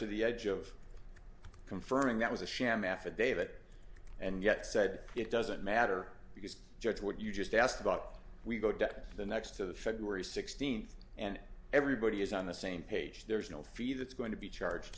to the edge of confirming that was a sham affidavit and yet said it doesn't matter because judge what you just asked about we go depth the next to the february sixteenth and everybody is on the same page there's no fee that's going to be charge